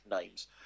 names